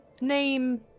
name